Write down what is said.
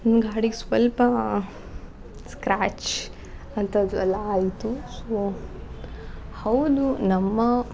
ನನ್ನ ಗಾಡಿಗೆ ಸ್ವಲ್ಪ ಸ್ಕ್ರ್ಯಾಚ್ ಅಂಥದ್ದೆಲ್ಲ ಆಯಿತು ಸೋ ಹೌದು ನಮ್ಮ